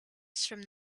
from